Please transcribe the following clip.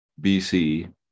bc